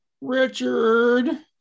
richard